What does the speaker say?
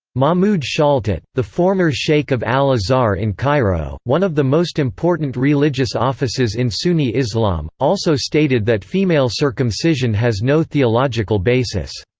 mahmud shaltut, the former sheikh of al-azhar in cairo one of the most important religious offices in sunni islam also stated that female circumcision has no theological basis